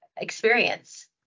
experience